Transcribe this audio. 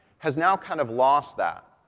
has now kind of lost that.